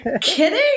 kidding